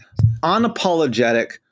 unapologetic